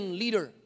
leader